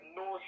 no